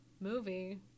movie